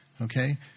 Okay